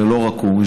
ולא רק הוא,